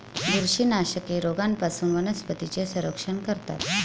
बुरशीनाशके रोगांपासून वनस्पतींचे संरक्षण करतात